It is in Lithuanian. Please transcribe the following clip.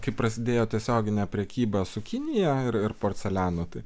kai prasidėjo tiesioginė prekyba su kinija ir ir porceliano tai